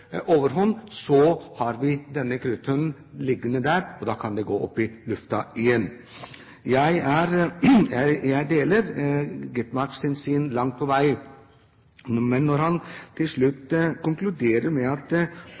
overhånd, kan den kruttønnen som ligger der, gå i luften igjen. Jeg deler Gitmarks syn langt på vei, men når han til slutt konkluderer med at